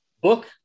book